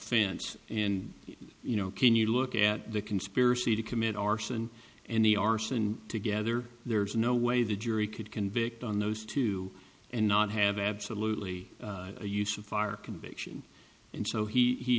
offense and you know can you look at the conspiracy to commit arson and the arson together there's no way the jury could convict on those two and not have absolutely a use of fire conviction and so he